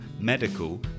medical